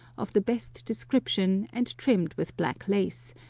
of the best description, and trimmed with black lace,